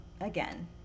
again